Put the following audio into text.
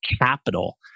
capital